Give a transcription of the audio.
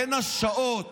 בשעות